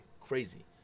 Crazy